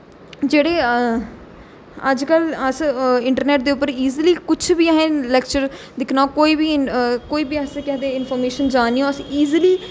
जेह्ड़े अज्जकल अस इंटरनेट दे उप्पर इजली कुछ बी असें लैक्चर दिक्खना होए कोई बी कोई बी अस केह् आखदे इनफारमेशन जाननी असें ईजली